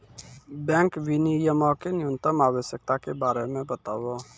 bank विनियमो के न्यूनतम आवश्यकता के बारे मे बताबो